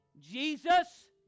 Jesus